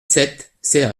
sept